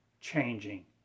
changing